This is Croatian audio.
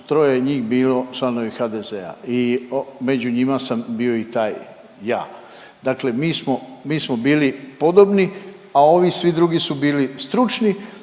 troje njih bilo članovi HDZ-a i među njima sam bio i taj ja. Dakle, mi smo bili podobni, a ovi svi drugi su bili stručni,